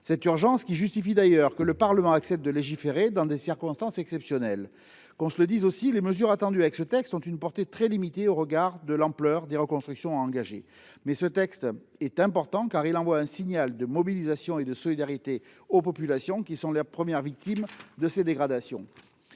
L’urgence justifie d’ailleurs que le Parlement accepte de légiférer dans des circonstances exceptionnelles. Qu’on se le dise, les mesures que comporte ce texte ont une portée très limitée au regard de l’ampleur des reconstructions à engager. Toutefois, ce projet de loi est important, car il envoie un signal de mobilisation et de solidarité aux populations qui sont les premières victimes des dégradations.